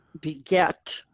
beget